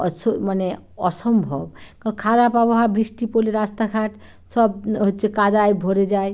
অসো মানে অসম্ভব কারণ খারাপ আবহাওয়া বৃষ্টি পড়লে রাস্তাঘাট সব হচ্ছে কাদায় ভরে যায়